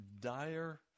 dire